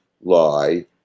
lie